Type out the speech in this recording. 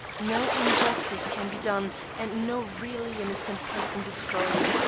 no injustice can be done and no really innocent person destroyed.